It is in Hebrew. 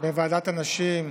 בוועדת הנשים.